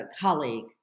colleague